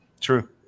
True